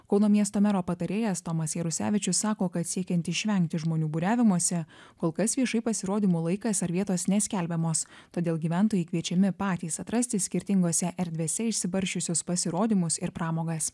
kauno miesto mero patarėjas tomas jarusevičius sako kad siekiant išvengti žmonių būriavimosi kol kas viešai pasirodymų laikas ar vietos neskelbiamos todėl gyventojai kviečiami patys atrasti skirtingose erdvėse išsibarsčiusius pasirodymus ir pramogas